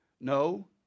No